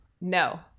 No